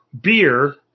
beer